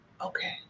okay